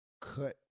cut